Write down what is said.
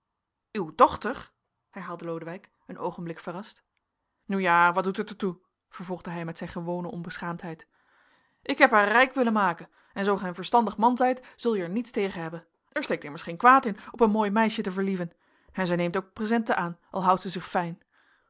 uw dochter herhaalde lodewijk een oogenblik verrast nu ja wat doet het er toe vervolgde hij met zijne gewone onbeschaamdheid ik heb haar rijk willen maken en zoo gij een verstandig man zijt zul je er niets tegen hebben er steekt immers geen kwaad in op een mooi meisje te verlieven en zij neemt ook presenten aan al houdt zij zich fijn